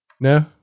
No